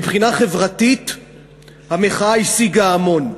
מבחינה חברתית המחאה השיגה המון,